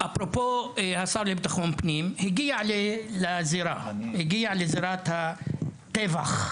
אפרופו השר לביטחון פנים, הגיע לזירת הטבח,